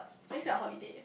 next week I holiday